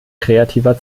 kreativer